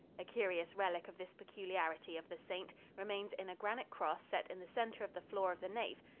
a curious relic of this peculiarity of the saint remains in a granite cross set in the center of the floor of the nave,